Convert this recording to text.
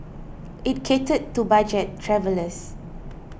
it catered to budget travellers